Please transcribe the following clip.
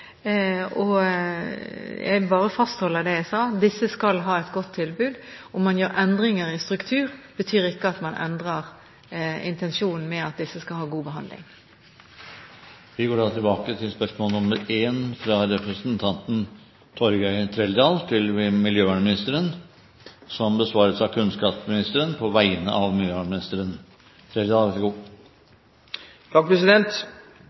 Jeg bare fastholder det jeg sa: Disse skal ha et godt tilbud. Om man gjør endringer i struktur, betyr ikke det at man endrer intensjonen om at disse skal ha god behandling. Vi går da tilbake til spørsmål 1. Dette spørsmålet, fra representanten Torgeir Trældal til miljøvernministeren, vil bli besvart av kunnskapsministeren på vegne av miljøvernministeren.